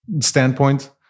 standpoint